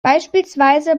beispielsweise